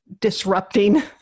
disrupting